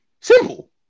Simple